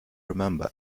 remember